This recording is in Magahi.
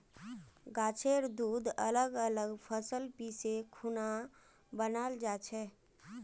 गाछेर दूध अलग अलग फसल पीसे खुना बनाल जाछेक